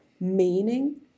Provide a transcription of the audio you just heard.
meaning